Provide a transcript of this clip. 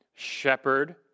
Shepherd